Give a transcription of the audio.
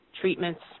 treatments